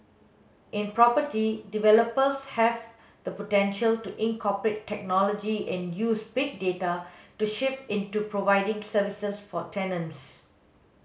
in property developers have the potential to incorporate technology and use Big Data to shift into providing services for tenants